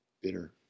bitter